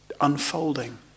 unfolding